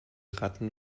ratten